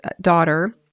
daughter